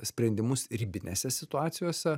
sprendimus ribinėse situacijose